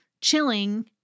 chilling